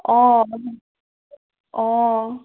অঁ অঁ